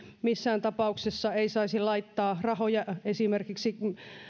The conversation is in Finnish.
missään tapauksessa ei saisi laittaa rahoja esimerkiksi